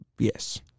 Yes